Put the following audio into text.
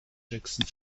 jackson